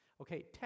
Okay